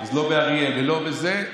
לא באריאל, ולא בזה?